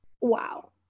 wow